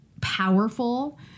powerful